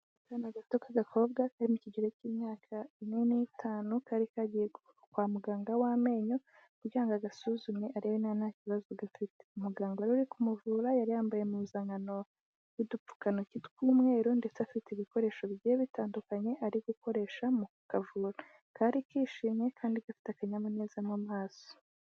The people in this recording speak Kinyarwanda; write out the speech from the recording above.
Akana gato k'agakobwa karimo kigero k'imyaka ine n'itanu kari kagiye kwa muganga w'amenyo kugira ngo agasuzume arebe niba nta kibazo gafite, umuganga wari uri kumuvura yari yambaye amazankano y'udupfukantoki tw'umweru ndetse afite ibikoresho bigiye bitandukanye ari gukoresha mu kavura, kari kishimwe kandi gafite akanyamuneza mu maso.